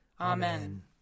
Amen